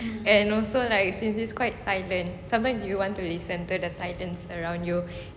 and also like since it is quite silent sometimes you want to listen to the silence around you